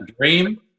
dream